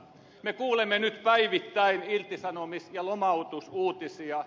me kuulemme nyt päivittäin irtisanomis ja lomautusuutisia